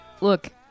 Look